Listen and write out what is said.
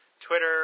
Twitter